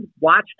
watched